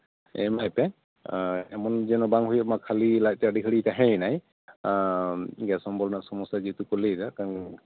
ᱮᱢᱟᱭ ᱯᱮ ᱟᱨ ᱮᱢᱚᱱ ᱡᱮᱱᱚ ᱵᱟᱝ ᱦᱩᱭᱩᱜᱼᱢᱟ ᱠᱷᱟᱹᱞᱤ ᱞᱟᱡᱛᱮ ᱟᱹᱰᱤ ᱜᱷᱟᱹᱲᱤᱡ ᱛᱟᱦᱮᱸᱭᱮᱱᱟᱭ ᱜᱮᱥ ᱚᱢᱵᱚᱞ ᱨᱮᱱᱟᱜ ᱥᱚᱢᱚᱥᱥᱟ ᱡᱮᱦᱮᱛᱩ ᱠᱚ ᱞᱟᱹᱭᱮᱫᱟ ᱠᱟᱨᱚᱱ